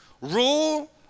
rule